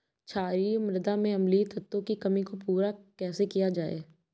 क्षारीए मृदा में अम्लीय तत्वों की कमी को पूरा कैसे किया जाए?